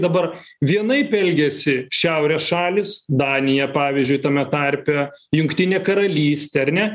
dabar vienaip elgiasi šiaurės šalys danija pavyzdžiui tame tarpe jungtinė karalystė ar ne